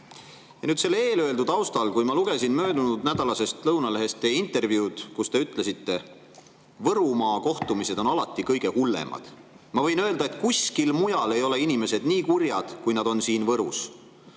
Ja nüüd selle eelöeldu taustal, kui ma lugesin möödunud nädala LõunaLehest teie intervjuud, kus te ütlesite: "Võrumaa kohtumised on alati kõige hullemad. Ma võin öelda, et kuskil mujal ei ole inimesed nii kurjad, kui nad on siin Võrus.",